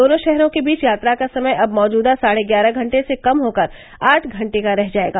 दोनों शहरों के बीच यात्रा का समय अब मौजूदा साढ़े ग्यारह घंटे से कम होकर आठ घंटे का रह जाएगा